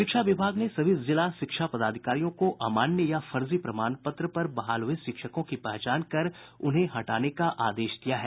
शिक्षा विभाग ने सभी जिला शिक्षा पदाधिकारियों को अमान्य या फर्जी प्रमाण पत्र बहाल हुये शिक्षकों की पहचान कर उन्हें हटाने का आदेश दिया है